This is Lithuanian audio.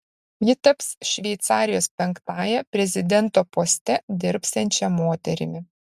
ji taps šveicarijos penktąja prezidento poste dirbsiančia moterimi